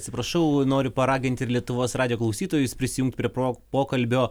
atsiprašau noriu paraginti lietuvos radijo klausytojus prisijungti prie pro pokalbio